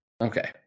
Okay